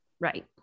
Right